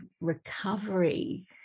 recovery